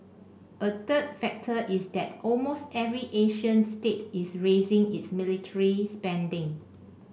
a third factor is that almost every Asian state is raising its military spending